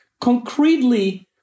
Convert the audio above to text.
Concretely